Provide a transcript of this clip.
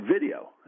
video